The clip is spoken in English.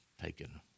taken